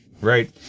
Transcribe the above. Right